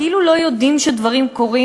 כאילו לא יודעים שדברים קורים,